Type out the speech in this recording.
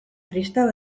kristau